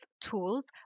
tools